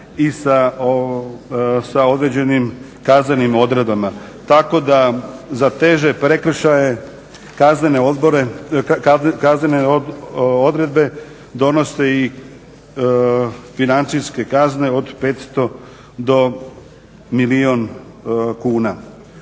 i sa određenim kaznenim odredbama. Tako da za teže prekršaje, kaznene odredbe donosi financijske kazne od 500 do milijun kuna.